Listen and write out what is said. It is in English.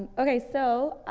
okay, so, ah,